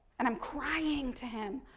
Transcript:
and i'm crying to him.